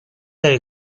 داری